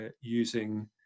using